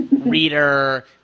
reader